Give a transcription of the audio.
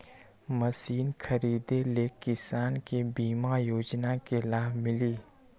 Machine खरीदे ले किसान के बीमा योजना के लाभ मिली?